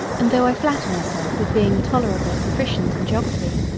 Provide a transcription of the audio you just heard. and tho' i flatter myself with being a tolerable proficient in geography,